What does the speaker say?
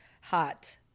hot